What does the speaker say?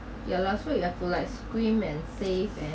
ya last week I feel like scream and save and